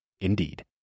Indeed